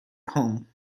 home